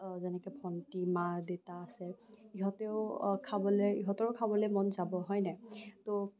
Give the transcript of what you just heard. যেনেকে ভণ্টি মা দেউতা আছে ইহঁতেও খাবলে ইহঁতৰো খাবলে মন যাব হয় নাই ত'